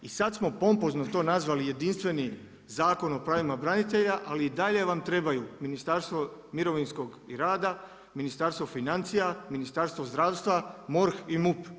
I sada smo pompozno to nazvali jedinstveni Zakon o pravima branitelja, ali i dalje vam trebaju Ministarstvo mirovinskog i rada, Ministarstvo financija, Ministarstvo zdravstva, MORH i MUP.